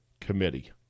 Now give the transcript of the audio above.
committee